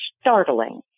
startling